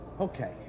Okay